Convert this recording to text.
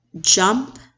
jump